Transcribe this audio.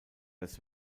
des